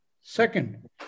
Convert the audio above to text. Second